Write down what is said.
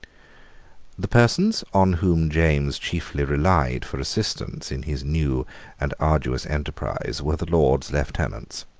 the persons on whom james chiefly relied for assistance in his new and arduous enterprise were the lords lieutenants.